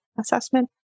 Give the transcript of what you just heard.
assessment